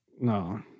No